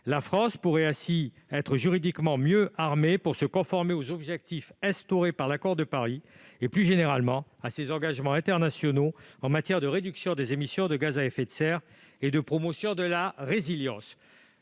La France pourrait ainsi être juridiquement mieux armée pour se conformer aux objectifs instaurés par l'accord de Paris et, plus généralement, à ses engagements internationaux en matière de réduction des émissions de gaz à effet de serre et de promotion de la résilience.